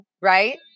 right